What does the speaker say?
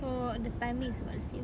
so the timing is about the same